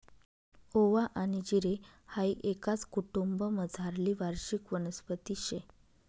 ओवा आनी जिरे हाई एकाच कुटुंबमझारली वार्षिक वनस्पती शे